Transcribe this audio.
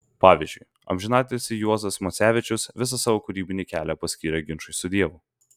pavyzdžiui amžinatilsį juozas macevičius visą savo kūrybinį kelią paskyrė ginčui su dievu